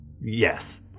yes